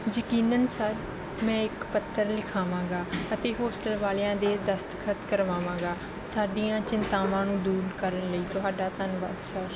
ਯਕੀਨਨ ਸਰ ਮੈਂ ਇੱਕ ਪੱਤਰ ਲਿਖਾਵਾਂਗਾ ਅਤੇ ਹੋਸਟਲ ਵਾਲਿਆਂ ਦੇ ਦਸਤਖ਼ਤ ਕਰਵਾਵਾਂਗਾ ਸਾਡੀਆਂ ਚਿੰਤਾਵਾਂ ਨੂੰ ਦੂਰ ਕਰਨ ਲਈ ਤੁਹਾਡਾ ਧੰਨਵਾਦ ਸਰ